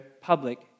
public